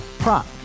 Prop